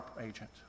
agent